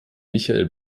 michael